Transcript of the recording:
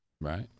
Right